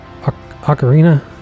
ocarina